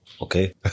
Okay